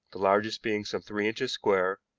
the largest being some three inches square,